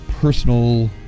personal